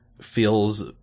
Feels